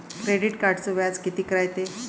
Credit कार्डचं व्याज कितीक रायते?